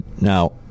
Now